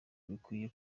bikwiriye